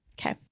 Okay